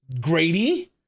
Grady